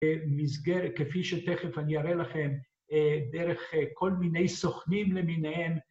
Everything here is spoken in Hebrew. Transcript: מסגרת, כפי שתכף אני אראה לכם דרך כל מיני סוכנים למיניהם